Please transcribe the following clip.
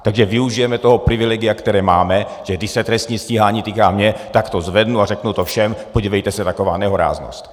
Takže využijeme toho privilegia, které máme, že když se trestní stíhání týká mě, tak to zvednu a řeknu to všem: podívejte se, taková nehoráznost!